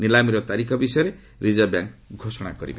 ନିଲାମୀର ତାରିଖ ବିଷୟରେ Reserve Bank ଘୋଷଣା କରିବ